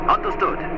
Understood